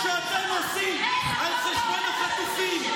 הקרקס שאתם עושים על חשבון החטופים.